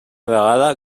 vegada